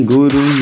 Guru